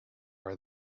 are